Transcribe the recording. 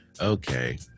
Okay